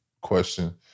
question